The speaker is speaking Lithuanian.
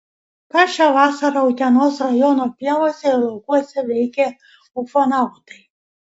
ką šią vasarą utenos rajono pievose ir laukuose veikė ufonautai